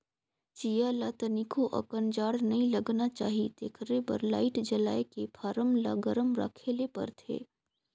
चीया ल तनिको अकन जाड़ नइ लगना चाही तेखरे बर लाईट जलायके फारम ल गरम राखे ले परथे